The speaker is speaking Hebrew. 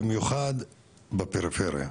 במיוחד בפריפריה,